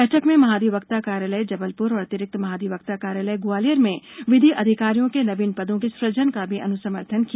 बैठक में महाधिवक्ता कार्यालय जबलपुर और अतिरिक्त महाधिवक्ता कार्यालय ग्वालियर में विधि अधिकारियों के नवीन पदों के सुजन का भी अनुसमर्थन किया